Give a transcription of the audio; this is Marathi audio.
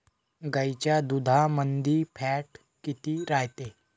गाईच्या दुधामंदी फॅट किती रायते?